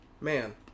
Man